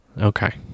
Okay